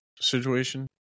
situation